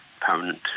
permanent